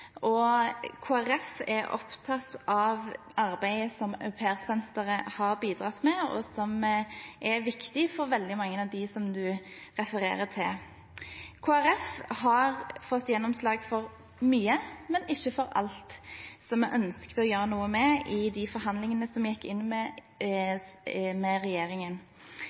er opptatt av arbeidet som au pair-senteret har bidratt med, og som er viktig for veldig mange av dem som representanten refererer til. Kristelig Folkeparti har fått gjennomslag for mye, men ikke for alt som vi ønsket å gjøre noe med, i forhandlingene